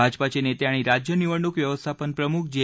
भाजपाचे नेते आणि राज्य निवडणूक व्यव्स्थापन प्रमुख जे